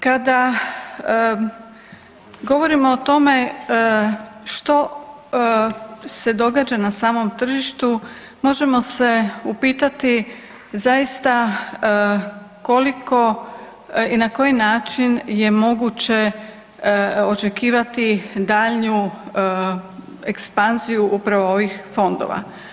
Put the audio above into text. Kada govorimo o tome što se događa na samom tržištu, možemo se upitati zaista koliko i na koji način je moguće očekivati daljnju ekspanziju upravo ovih fondova?